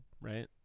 right